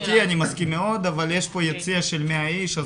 נקודתי אני מסכים מאוד אבל יש פה יציע של 100 איש,